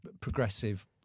progressive